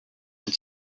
and